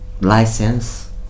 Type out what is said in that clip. License